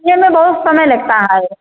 खेल में बहुत समय लगता है